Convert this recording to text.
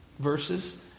Verses